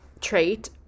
trait